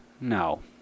no